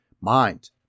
mind